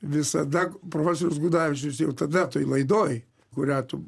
visada profesorius gudavičius jau tada toj laidoj kurią tu